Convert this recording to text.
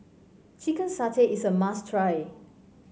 Chicken Satay is a must try